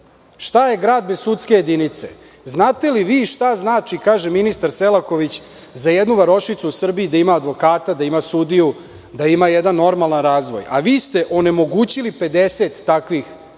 šta je grad bez sudske jedinice. Znate li vi šta znači, kaže ministar Selaković, za jednu varošicu u Srbiji da ima advokata, sudiju, jedan normalan razvoj. Vi ste onemogućili 50 takvih opština